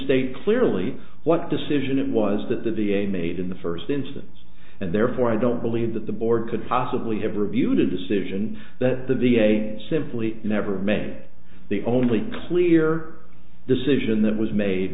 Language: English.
state clearly what decision it was that the v a made in the first instance and therefore i don't believe that the board could possibly have reviewed a decision that the v a simply never made the only clear decision that was made